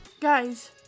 Guys